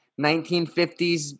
1950s